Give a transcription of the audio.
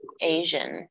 Asian